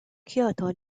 kyoto